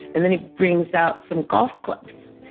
and then he brings out some golf clubs.